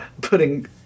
putting